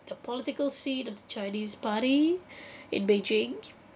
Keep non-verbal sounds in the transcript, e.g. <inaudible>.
the political scene of chinese party <breath> in beijing